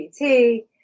GPT